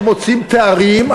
שמוציאים תארים,